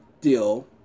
deal